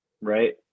right